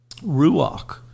Ruach